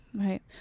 Right